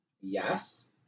Yes